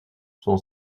son